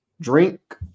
Drink